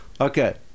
okay